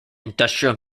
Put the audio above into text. industrial